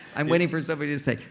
i'm waiting for somebody to say,